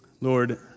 Lord